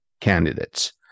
candidates